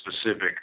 specific